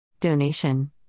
Donation